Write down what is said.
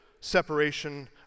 separation